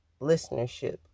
listenership